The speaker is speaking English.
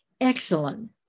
excellent